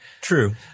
True